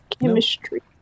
chemistry